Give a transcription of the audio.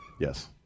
Yes